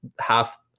half